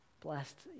Blessed